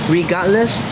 regardless